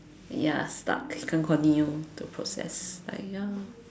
ya stuck can't continue the process like ya